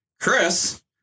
Chris